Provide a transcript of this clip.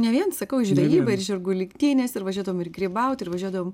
ne vien sakau žvejyba ir žirgų lenktynės ir važiuodavom ir grybaut ir važiuodavom